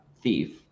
thief